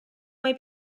mai